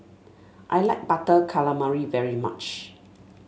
I like Butter Calamari very much